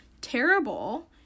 terrible